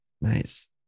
Nice